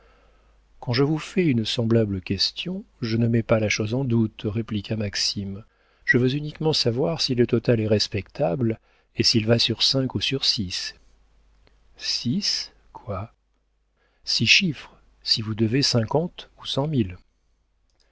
quand je vous fais une semblable question je ne mets pas la chose en doute répliqua maxime je veux uniquement savoir si le total est respectable et s'il va sur cinq ou sur six six quoi six chiffres si vous devez cinquante ou